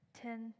ten